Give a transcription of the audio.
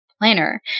planner